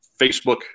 Facebook